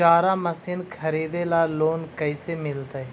चारा मशिन खरीदे ल लोन कैसे मिलतै?